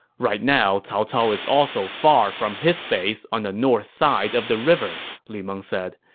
right now cao cao is also far from his base on the north side of the river, lu meng said.